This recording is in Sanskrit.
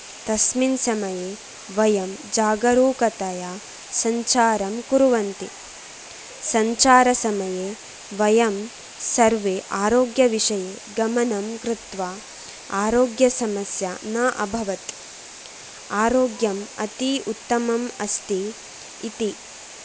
तस्मिन् समये वयं जागरूकतया सञ्चारं कुर्वन्ति सञ्चारसमये वयं सर्वे आरोग्यविषये गमनं कृत्वा आरोग्यसमस्या न अभवत् आरोग्यम् अति उत्तमम् अस्ति इति